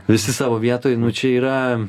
visi savo vietoj nu čia yra